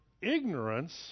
ignorance